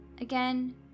again